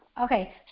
Okay